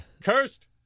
Cursed